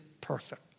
perfect